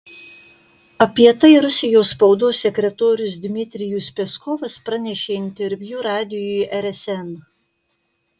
apie tai rusijos spaudos sekretorius dmitrijus peskovas pranešė interviu radijui rsn